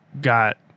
got